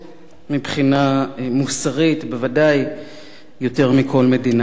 מבחינה מוסרית, בוודאי יותר מכל מדינה אחרת.